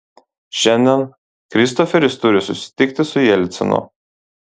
šiandien kristoferis turi susitikti su jelcinu